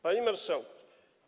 Panie Marszałku!